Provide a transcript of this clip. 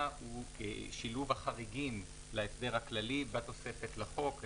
הוא שילוב החריגים להסדר הכללי בתוספת לחוק.